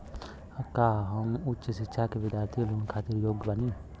का हम उच्च शिक्षा के बिद्यार्थी लोन खातिर योग्य बानी?